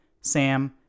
Sam